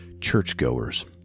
churchgoers